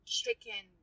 chicken